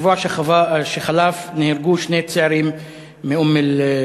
בשבוע שחלף נהרגו שני צעירים מאום-אלפחם,